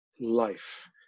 life